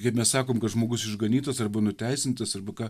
kaip mes sakom kad žmogus išganytas arba nuteisintas arba ką